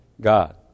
God